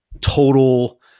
total